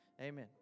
Amen